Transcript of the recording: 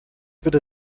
bitte